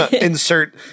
Insert